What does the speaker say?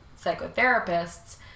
psychotherapists